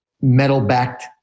metal-backed